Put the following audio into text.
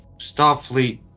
Starfleet